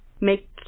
make